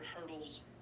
hurdles